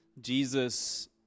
Jesus